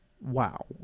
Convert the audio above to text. wow